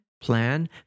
plan